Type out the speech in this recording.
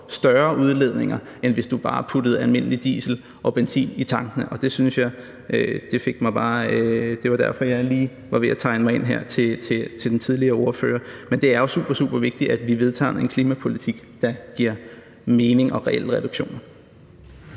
større udledninger, end hvis du bare puttede almindelig diesel og benzin i tankene. Det var derfor, jeg før lige var ved at tegne mig ind til en bemærkning til den tidligere ordfører, men det er jo supersupervigtigt, at vi vedtager en klimapolitik, der giver mening og reelle reduktioner.